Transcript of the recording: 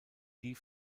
die